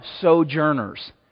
sojourners